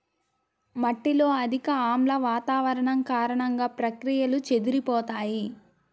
మట్టిలో అధిక ఆమ్ల వాతావరణం కారణంగా, ప్రక్రియలు చెదిరిపోతాయి